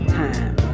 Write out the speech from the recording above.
time